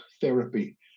therapy